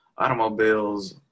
automobiles